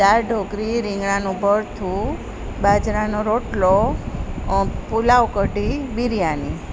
દાળ ઢોકળી રીંગણાંનું ભરથૂ બાજરાનો રોટલો પુલાવ કઢી બિરયાની